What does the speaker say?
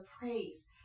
praise